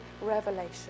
revelation